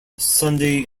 sunday